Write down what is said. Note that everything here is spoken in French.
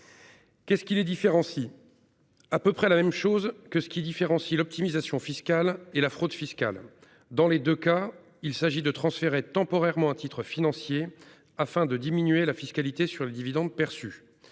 Qu'est-ce qui les différencie ? À peu près la même chose que ce qui différencie l'optimisation fiscale de la fraude fiscale. Dans les deux cas, il s'agit de transférer temporairement un titre financier, afin de diminuer la fiscalité sur les dividendes perçus.